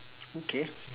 okay